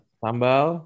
sambal